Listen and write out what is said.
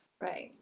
Right